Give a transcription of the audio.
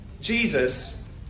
Jesus